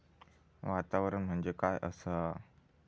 वातावरण म्हणजे काय असा?